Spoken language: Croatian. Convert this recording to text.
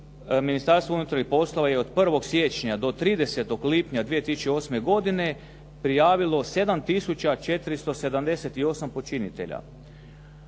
Ministarstvo unutarnjih poslova je od 1. siječnja do 30. lipnja 2008. godine prijavilo 7 tisuća 478 počinitelja.